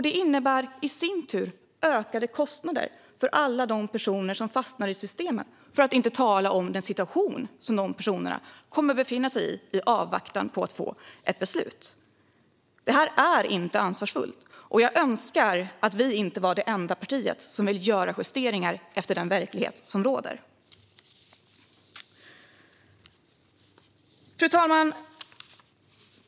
Det innebär i sin tur ökade kostnader för alla de personer som fastnar i systemet, för att inte tala om den situation som dessa personer kommer att befinna sig i i avvaktan på att få ett beslut. Detta är inte ansvarsfullt, och jag önskar att vi inte var det enda parti som vill göra justeringar efter den verklighet som råder. Fru talman!